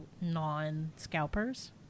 non-scalpers